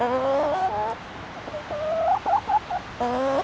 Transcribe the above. oh oh